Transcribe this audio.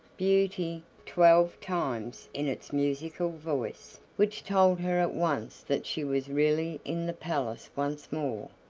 beauty twelve times in its musical voice, which told her at once that she was really in the palace once more.